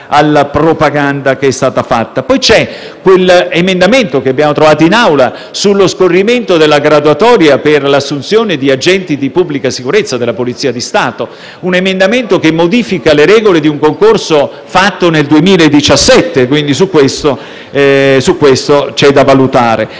alla propaganda che è stata fatta. C'è poi un emendamento, che è stato presentato in Aula, sullo scorrimento della graduatoria per l'assunzione di agenti di pubblica sicurezza della Polizia di Stato, un emendamento che modifica le regole di un concorso fatto nel 2017: anche questo è da valutare.